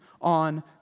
on